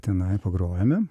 tenai pagrojome